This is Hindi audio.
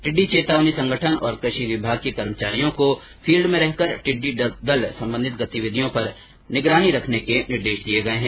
टिड्डी चेतावनी संगठन और कृषि विभाग के कर्मचारियों को फील्ड में रहकर टिड्डी दल संबंधी गतिविधियों पर निगरानी रखने के निर्देश दिये गये हैं